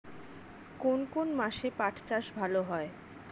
কোন কোন মাসে পাট চাষ ভালো হয়?